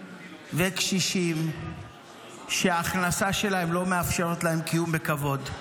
וקשישים שההכנסה שלהם לא מאפשרת להם קיום בכבוד.